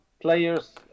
players